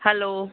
hello